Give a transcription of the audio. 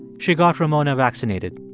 she got ramona vaccinated.